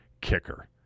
kicker